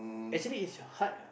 actually it's your heart lah